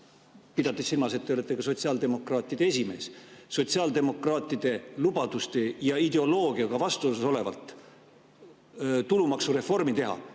pidades silmas, et te olete sotsiaaldemokraatide esimees –, et sotsiaaldemokraatide lubaduste ja ideoloogiaga vastuolus olevat tulumaksureformi teha